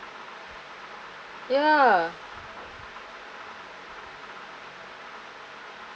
ya